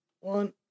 one